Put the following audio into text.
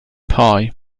pie